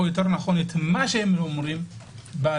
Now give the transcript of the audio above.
או יותר נכון את מה שהם אומרים בדיון